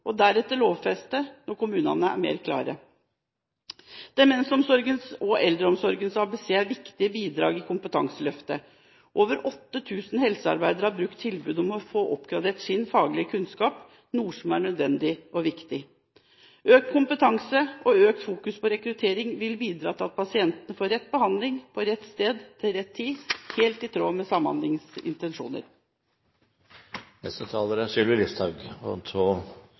og deretter lovfeste når kommunene er mer klare. Demensomsorgens ABC og Eldreomsorgens ABC er viktige bidrag i Kompetanseløftet. Over 8 000 helsearbeidere har brukt tilbudet om å få oppgradert sin faglige kunnskap, noe som er nødvendig og viktig. Økt kompetanse og økt fokus på rekruttering vil bidra til at pasientene får rett behandling på rett sted til rett tid, helt i tråd med Samhandlingsreformens intensjoner. Det er